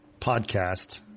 podcast